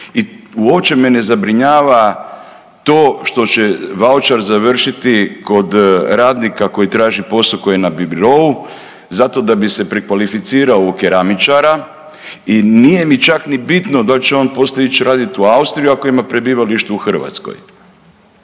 I uopće me ne zabrinjava to što će vaučar završiti kod radnika koji traži posao koji je na birou zato da bi se prekvalificirao u keramičara i nije mi čak ni bitno dal će on poslije ić radit u Austriju ako ima prebivalište u Hrvatskoj